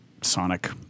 sonic